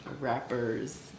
rappers